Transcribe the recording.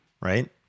right